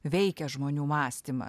veikia žmonių mąstymą